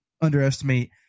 underestimate